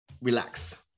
relax